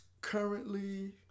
currently